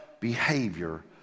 behavior